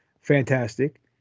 Fantastic